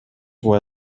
were